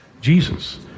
Jesus